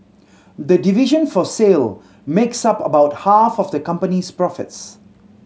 the division for sale makes up about half of the company's profit